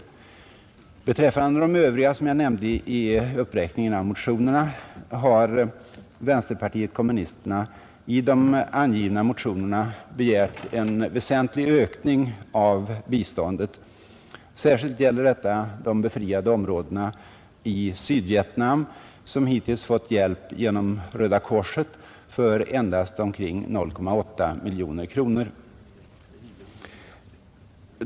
I de övriga fall som jag nämnde i uppräkningen av motionerna har vänsterpartiet kommunisterna begärt en väsentlig ökning av biståndet. Särskilt gäller detta de befriade områdena i Sydvietnam som hittills fått hjälp genom Röda korset för omkring 0,8 miljoner kronor.